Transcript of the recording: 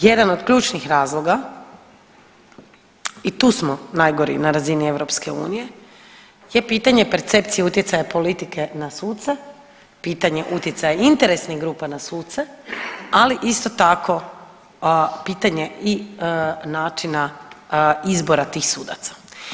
Jedan od ključnih razloga i tu smo najgori na razini EU je pitanje percepcije utjecaja politike na suce, pitanje utjecaja interesnih grupa na suce, ali isto tako pitanje i načina izbora tih sudaca.